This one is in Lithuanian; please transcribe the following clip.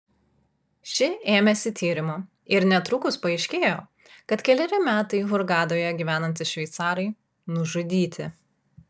ši ėmėsi tyrimo ir netrukus paaiškėjo kad keleri metai hurgadoje gyvenantys šveicarai nužudyti